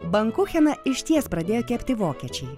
bankucheną išties pradėjo kepti vokiečiai